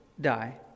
die